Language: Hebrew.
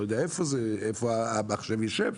לא יודע איפה המחשב יישב,